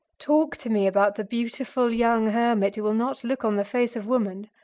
talk to me about the beautiful young hermit who will not look on the face of woman.